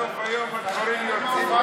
בסוף היום, יוצאים,